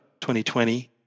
2020